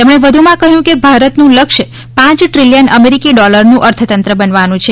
તેમણે વધુમાં કહ્યું કે ભારતનું લક્ષ્ય પાંચ ટ્રિલિયન અમેરિકી ડોલરનું અર્થતંત્ર બનવાનું છે